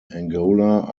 angola